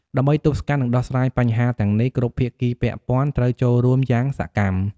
ដើម្បីទប់ស្កាត់នឹងដោះស្រាយបញ្ហាទាំងនេះ គ្រប់ភាគីពាក់ព័ន្ធត្រូវចូលរួមយ៉ាងសកម្ម។